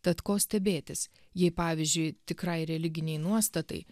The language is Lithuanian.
tad ko stebėtis jei pavyzdžiui tikrai religinei nuostatai